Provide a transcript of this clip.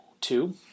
Two